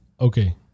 okay